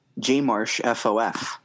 JMarshFof